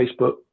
Facebook